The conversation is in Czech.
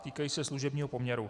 Týkají se služebního poměru.